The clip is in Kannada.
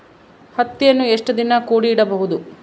ಹತ್ತಿಯನ್ನು ಎಷ್ಟು ದಿನ ಕೂಡಿ ಇಡಬಹುದು?